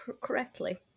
correctly